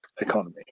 economy